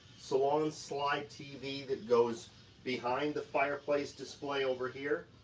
salon slide tv that goes behind the fireplace display over here.